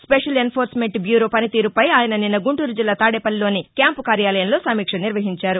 special enforcement bureau పనితీరుపై ఆయన నిన్న గుంటూరు జిల్లా తాదేపల్లిలోని క్యాంపు కార్యాలయంలో సమీక్ష నిర్వహించారు